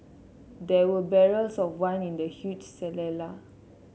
there were barrels of wine in the huge